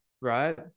Right